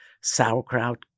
sauerkraut